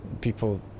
people